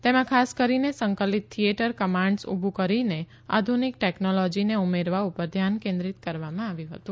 તેમાં ખાસ કરીને સંકલિત થિયેટર કમાન્ડ્સ ઊભું કરીને આધુનિક ટેકનોલોજીને ઉમેરવા પર ધ્યાન કેન્દ્રિત કરવામાં આવ્યું હતું